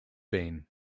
been